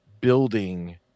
building